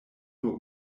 nur